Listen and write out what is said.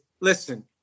listen